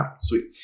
sweet